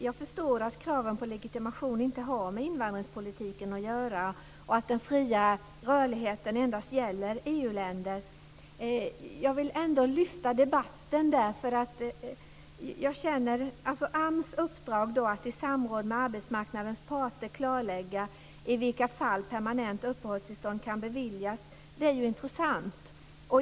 Jag förstår att kraven på legitimation inte har med invandringspolitiken att göra och att den fria rörligheten endast gäller EU-länder. Jag vill ändå lyfta fram debatten. AMS uppdrag att i samråd med arbetsmarknadens parter klarlägga i vilka fall permanent uppehållstillstånd kan beviljas är intressant.